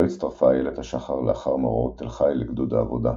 לא הצטרפה איילת השחר לאחר מאורעות תל חי לגדוד העבודה,